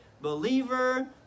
believer